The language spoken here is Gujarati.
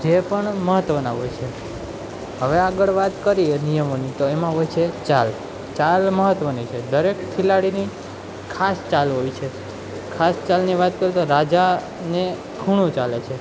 જે પણ મહત્ત્વના હોય છે હવે આગળ વાત કરીએ નિયમોની તો એમાં હોય છે ચાલ ચાલ મહત્ત્વની છે દરેક ખેલાડીની ખાસ ચાલ હોય છે ખાસ ચાલની વાત કરીએ તો રાજાને ખુણો ચાલે છે